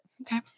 Okay